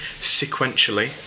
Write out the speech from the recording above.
sequentially